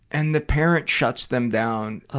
and the parent shuts them down. ah